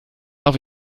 auf